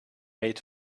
made